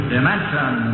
Dimension